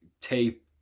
tape